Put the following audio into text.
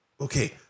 Okay